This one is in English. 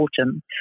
autumn